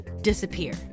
disappear